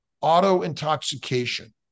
auto-intoxication